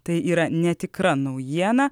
tai yra netikra naujiena